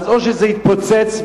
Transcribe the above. או שזה יתפוצץ,